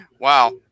Wow